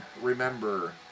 remember